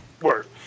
Work